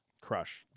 Crush